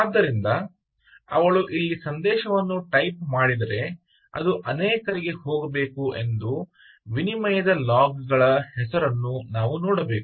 ಆದ್ದರಿಂದ ಅವಳು ಇಲ್ಲಿ ಸಂದೇಶವನ್ನು ಟೈಪ್ ಮಾಡಿದರೆ ಅದು ಅನೇಕರಿಗೆ ಹೋಗಬೇಕು ಮತ್ತು ವಿನಿಮಯದ ಲಾಗ್ ಗಳ ಹೆಸರನ್ನು ನಾವು ನೋಡಬೇಕು